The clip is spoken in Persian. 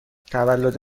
تولد